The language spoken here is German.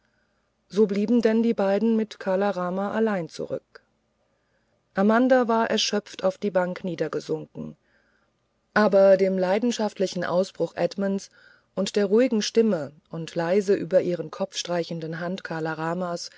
so blieben denn die beiden mit kala rama allein zurück amanda war erschöpft auf die bank niedergesunken aber dem leidenschaftlichen ausbruch edmunds und der ruhigen stimme und leise über ihren kopf streichenden hand kala ramas